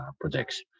projects